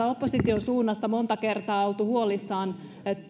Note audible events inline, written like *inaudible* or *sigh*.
*unintelligible* opposition suunnasta monta kertaa on oltu huolissaan